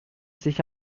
sich